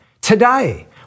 today